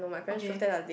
okay